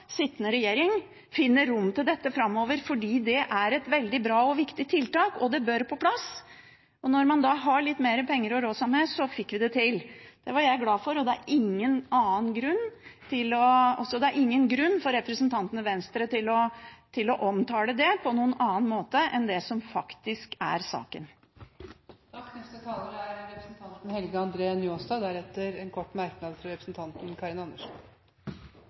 sittende regjeringen finner rom til dette framover, for det er et veldig bra og viktig tiltak, og det bør komme på plass. Og når man da hadde litt mer penger å rutte med, fikk vi det til. Det var jeg glad for, og det er ingen grunn for representanten fra Venstre til å omtale det på en annen måte enn det som faktisk er saken. Eg må seia at eg er